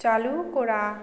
চালু করা